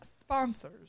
sponsors